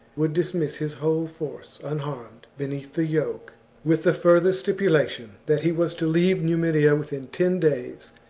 would dismiss his whole force unharmed beneath the yoke with the further stipulation that he was to leave numidia within ten days.